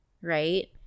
Right